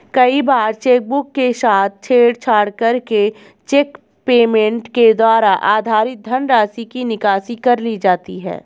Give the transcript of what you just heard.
कई बार चेकबुक के साथ छेड़छाड़ करके चेक पेमेंट के द्वारा अधिक धनराशि की निकासी कर ली जाती है